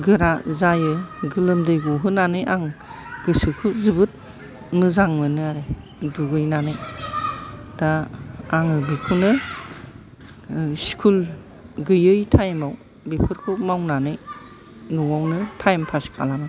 गोरा जायो गोलोमदै गहोनानै आं गोसोखौ जोबोद मोजां मोनो आरो दुगैनानै दा आङो बेखौनो स्कुल गैयै टाइमाव बेफोरखौ मावनानै न'आवनो टाइम पास खालामो